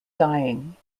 dyeing